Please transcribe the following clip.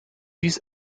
dies